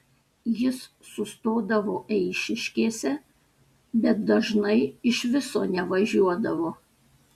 jis sustodavo eišiškėse bet dažnai iš viso nevažiuodavo